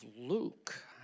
Luke